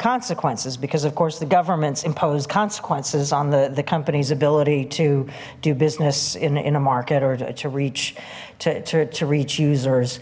consequences because of course the government's impose consequences on the the company's ability to do business in in a market or to reach to reach users